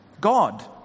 God